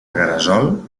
gresol